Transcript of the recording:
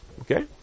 Okay